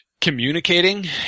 communicating